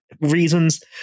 reasons